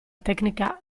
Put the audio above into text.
tecnica